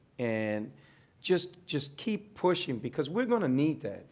and just just keep pushing because we're going to need that.